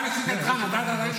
אתה לשיטתך נתת את הדין?